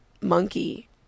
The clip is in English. monkey